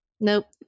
Nope